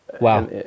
wow